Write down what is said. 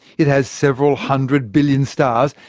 it has several hundred billion stars,